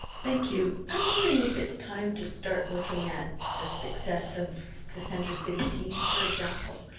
thank you. i'm wondering if it's time to start looking at the success of the centre city team, for example,